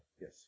yes